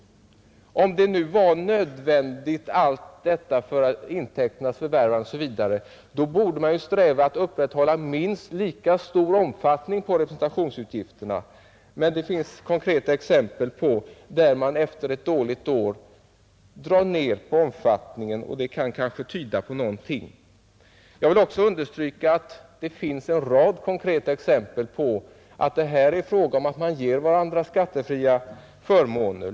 Om nu allt detta var nödvändigt för intäkternas förvärvande osv. borde man ju sträva att upprätthålla minst lika stor omfattning på representationsutgifterna. Men det finns alltså konkreta exempel på att man efter ett dåligt år drar ned på omfattningen, och det kan kanske tyda på någonting. Jag vill också understryka att det finns en rad konkreta exempel på att det här är fråga om att man ger varandra skattefria förmåner.